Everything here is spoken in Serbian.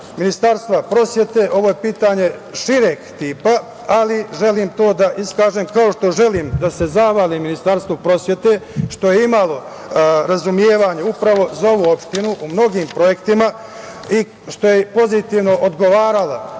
Ministarstva prosvete, ovo je pitanje šireg tipa, ali želim to da iskažem kao što želim da se zahvalim Ministarstvu prosvete što je imalo razumevanje upravo za ovu opštinu u mnogim projektima i što je pozitivno odgovarala